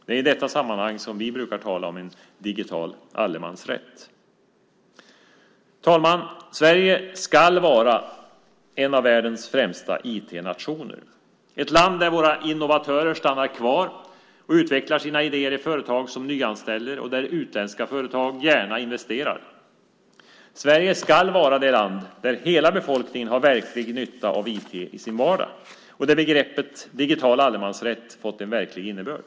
Det är i detta sammanhang som vi brukar tala om en digital allemansrätt. Fru talman! Sverige ska vara en av världens främsta IT-nationer. Det ska vara ett land där våra innovatörer stannar kvar och utvecklar sina idéer i företag som nyanställer och där utländska företag gärna investerar. Sverige ska vara det land där hela befolkningen har verklig nytta av IT i sin vardag och där begreppet digital allemansrätt fått en verklig innebörd.